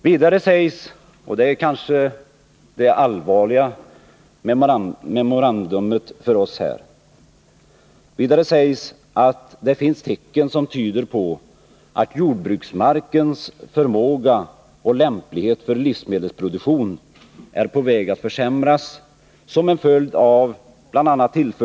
Vidare sägs — och det är kanske det allvarliga mementot för oss här — att det finns tecken som tyder på att jordbruksmarkens förmåga och lämplighet för livsmedelsproduktion är på väg att försämras som en följd av bl.a. tillförsel.